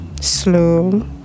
Slow